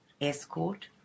Escort